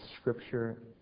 Scripture